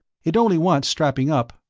it only wants strapping up.